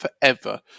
forever